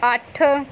ਅੱਠ